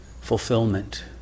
fulfillment